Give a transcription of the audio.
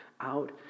out